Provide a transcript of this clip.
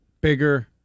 bigger